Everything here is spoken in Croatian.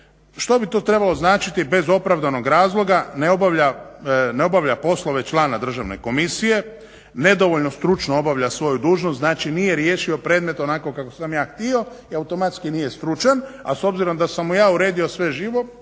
Što bi to trebalo značiti bez opravdanog razloga ne obavlja poslove člana državne komisije, nedovoljno stručno obavlja svoju dužnost, znači nije riješio predmet onako kako sam ja htio i automatski nije stručan, a s obzirom da sam mu ja uredio sve živo